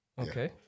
Okay